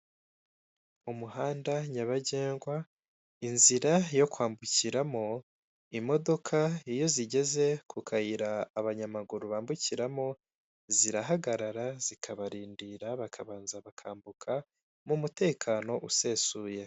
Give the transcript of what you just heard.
Umuhanda nyabagendwa, inzira yo kwambukiramo, imodoka iyo zigeze ku kayira abanyamaguru bambukiramo zirahagarara zikabarindira bakabanza bakambuka mu mutekano usesuye.